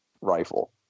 rifle